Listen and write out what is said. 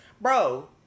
Bro